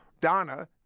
Donna